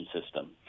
system